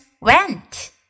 went